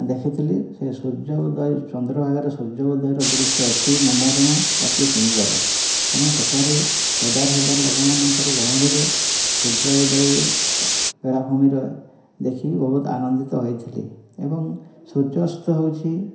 ଦେଖିଥିଲି ସେଇ ସୂର୍ଯ୍ୟ ଉଦୟ ଚନ୍ଦ୍ରଭାଗାର ସୂର୍ଯ୍ୟ ଉଦୟର ଦୃଶ୍ୟ ଅତି ମନୋରମ ଅତି ସୁନ୍ଦର ତେଣୁ ସେଠାରେ ହଜାର ହଜାର ଲୋକମାନଙ୍କର ଗହଳିରେ ସୂର୍ଯ୍ୟ ଉଦୟେ ବେଳାଭୂମିରେ ଦେଖି ବହୁତ ଆନନ୍ଦିତ ହୋଇଥିଲି ଏବଂ ସୂର୍ଯ୍ୟ ଅସ୍ତ ହଉଛି